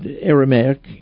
Aramaic